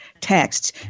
Texts